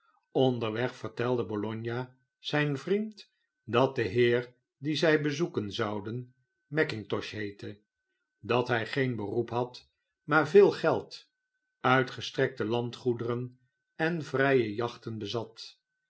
onderweg vertelde bologna zijn vriend dat de heer dien zij bezoeken zouden mackintosh heette dat hij geen beroep had maar veel geld uitgestrekte landgoederen en vrije jachten bezat